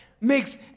makes